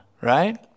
right